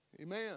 Amen